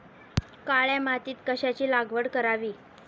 काळ्या मातीत कशाची लागवड करावी?